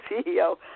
CEO